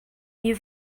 you